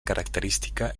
característica